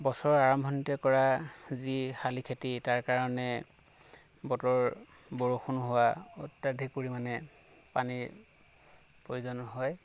বছৰৰ আৰম্ভণিতে কৰা যি শালি খেতি তাৰ কাৰণে বতৰৰ বৰষুণ হোৱা অত্যাধিক পৰিমাণে পানীৰ প্ৰয়োজন হয়